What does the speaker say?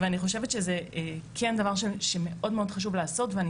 אני חושבת שזה כן דבר שמאוד מאוד חשוב לעשות ואני